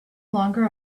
longer